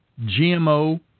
GMO